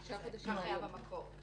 תשעה חודשים זה במקור.